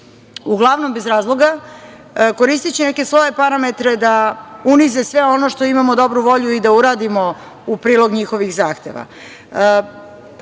uglavnom, bez razloga, koristeći neke svoje parametre da unize sve ono što imamo, dobru volju i da uradimo u prilog njihovih zahteva. Kada